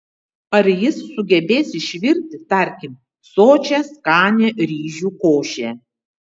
ar jis sugebės išvirti tarkime sočią skanią ryžių košę